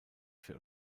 für